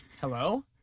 Hello